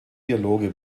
dialoge